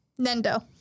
Nendo